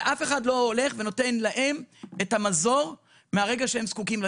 אף אחד לא הולך ונותן להן את המזור שהן זקוקות לו.